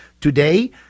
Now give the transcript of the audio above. today